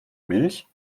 milch